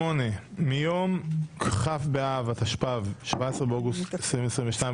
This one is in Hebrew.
8.מיום כ׳ באב התשפ״ב - 17 באוגוסט 2022,